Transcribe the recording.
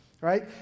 right